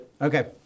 Okay